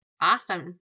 awesome